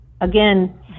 again